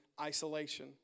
isolation